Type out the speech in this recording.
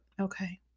okay